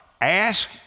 Ask